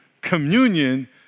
communion